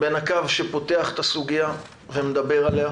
בין הקו שפותח את הסוגיה ומדבר עליה